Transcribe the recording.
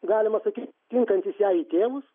galima sakyt tinkantis jai į tėvus